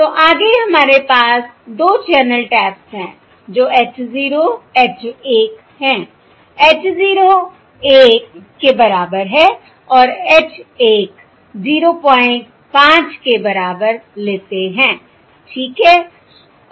तो आगे हमारे पास 2 चैनल टैप्स हैं जो h 0 h 1 हैं h 0 1 के बराबर है और h 1 05 के बराबर लेते है ठीक है